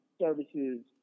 services